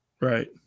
Right